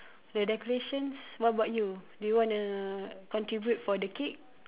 the decorations what about you do you wanna contribute for the cake